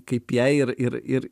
kaip ją ir ir ir